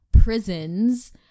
prisons